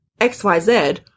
XYZ